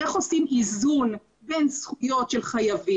עצם עבודתן מאוד מאוד בעייתי.